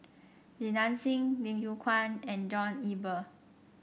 Li Nanxing Lim Yew Kuan and John Eber